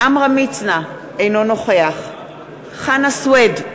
עמרם מצנע, אינו נוכח חנא סוייד,